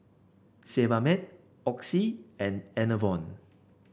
Sebamed Oxy and Enervon